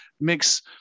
mix